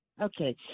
Okay